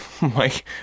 Mike